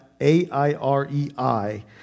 A-I-R-E-I